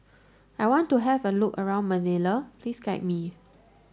I want to have a look around Manila please guide me